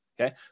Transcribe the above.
Okay